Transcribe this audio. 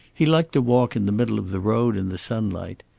he liked to walk in the middle of the road in the sunlight.